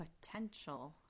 potential